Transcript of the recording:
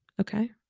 Okay